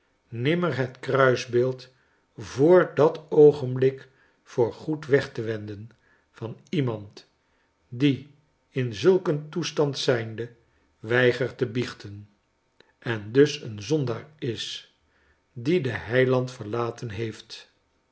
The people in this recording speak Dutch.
niramer het kruisbeeld voor dat oogenblik voorgoed weg te wenden van iemand die in zulk een toestand zijnde weigert te biechten en dus een zondaar is dien de heiland verlaten heeft